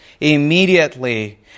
immediately